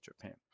Japan